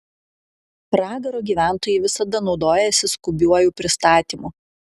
pragaro gyventojai visada naudojasi skubiuoju pristatymu